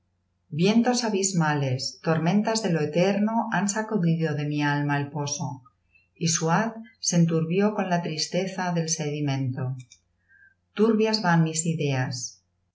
vientos abismales tormentas de lo eterno han sacudido de mi alma el poso y su haz se enturbió con la tristeza del sedimento turbias van mis ideas mi